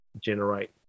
generate